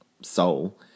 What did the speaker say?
soul